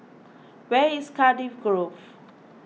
where is Cardiff Grove